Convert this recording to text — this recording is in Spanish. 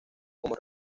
como